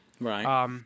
Right